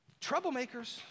Troublemakers